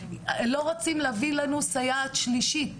לא רוצים להביא לנו סייעת שלישית,